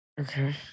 Okay